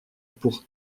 pour